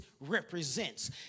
represents